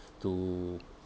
to